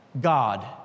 God